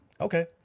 Okay